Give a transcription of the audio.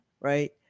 Right